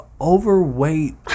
overweight